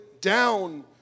down